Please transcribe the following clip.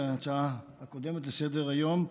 להצעה הקודמת לסדר-היום.